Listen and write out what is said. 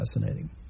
fascinating